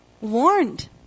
warned